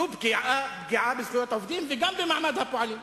זו פגיעה בזכויות העובדים, וגם במעמד הפועלים.